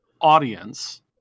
audience